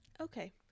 Okay